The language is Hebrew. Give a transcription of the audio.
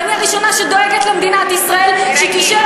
ואני הראשונה שדואגת למדינת ישראל שתישאר